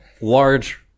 large